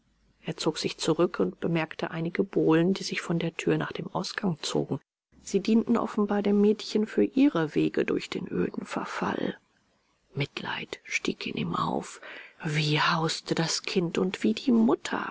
er zog sich zurück und bemerkte einige bohlen die sich von der tür nach dem ausgang zogen sie dienten offenbar dem mädchen für ihre wege durch den öden verfall mitleid stieg in ihm auf wie hauste das kind und wie die mutter